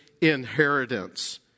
inheritance